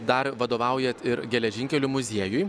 dar vadovaujat ir geležinkelių muziejui